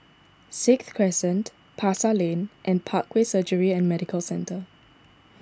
Sixth Crescent Pasar Lane and Parkway Surgery and Medical Centre